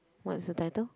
what's the title